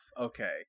Okay